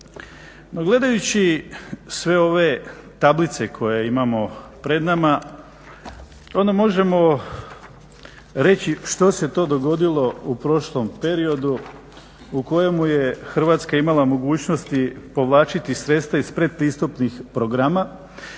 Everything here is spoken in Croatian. gledajući sve ove tablice koje imamo pred nama, onda možemo reći što se to dogodilo u prošlom periodu u kojemu je Hrvatska imala mogućnosti povlačiti sredstva iz pretpristupnih programa.